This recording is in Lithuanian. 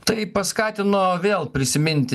tai paskatino vėl prisiminti